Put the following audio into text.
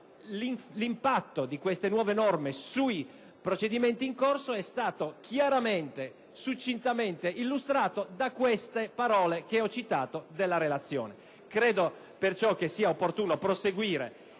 l'impatto di queste nuove norme sui procedimenti in corso è stato chiaramente e succintamente illustrato da queste parole della relazione che ho citato. Credo perciò opportuno proseguire